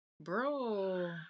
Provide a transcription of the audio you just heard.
Bro